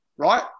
Right